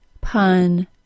pun